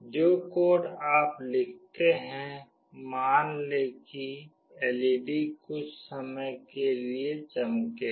जो कोड आप लिखते हैं मान लें कि एलईडी कुछ समय के लिए चमकेगा